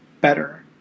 better